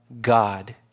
God